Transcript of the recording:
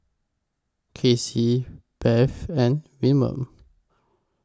Kelcie Beth and Wilmer